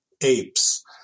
apes